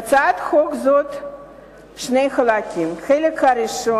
התש"ע 2010. להצעת חוק זאת שני חלקים: החלק הראשון,